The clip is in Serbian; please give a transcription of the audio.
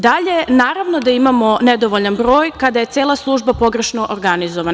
Dalje, naravno da imamo nedovoljan broj, kada je cela služba pogrešno organizovana.